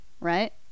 right